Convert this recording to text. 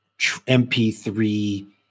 MP3